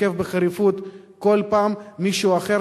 שתוקף בחריפות כל פעם מישהו אחר,